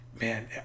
Man